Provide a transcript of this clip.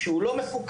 שהוא לא מפוקח,